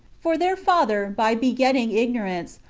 for their father, by begetting ignorance,